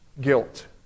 guilt